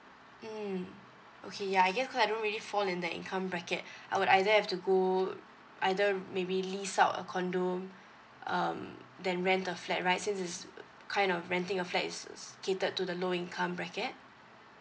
mm okay ya I guess cause I don't really fall in the income bracket I would either have to go either maybe lease out a condo um than rent the flat right since this kind of renting a flat is catered to the low income bracket